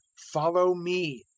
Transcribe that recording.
follow me,